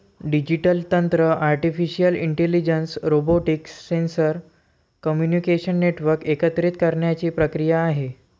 digital तंत्र artificial intelligence, robotics, sensor, communication network एकत्रित करण्याची प्रक्रिया आहे